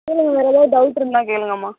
இல்லைங்க எதாவது டவுட் இருந்தால் கேளுங்கம்மா